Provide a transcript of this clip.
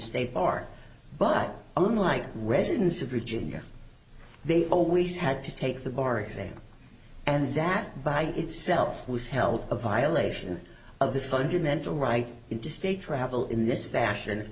state bar but unlike residents of virginia they always had to take the bar exam and that by itself was held a violation of the fundamental right interstate travel in this fashion